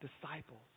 disciples